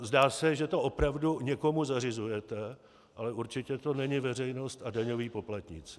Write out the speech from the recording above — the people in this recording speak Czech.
Zdá se, že to opravdu někomu zařizujete, ale určitě to není veřejnost a daňoví poplatníci.